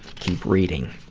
keep reading.